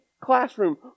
classroom